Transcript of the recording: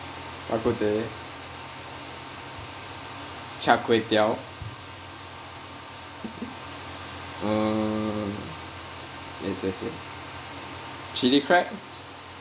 bah kut teh char kuey teow err yes yes yes chili crab